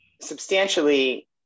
substantially